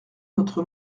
notre